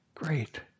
great